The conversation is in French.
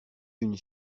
une